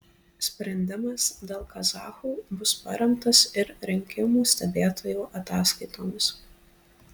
sprendimas dėl kazachų bus paremtas ir rinkimų stebėtojų ataskaitomis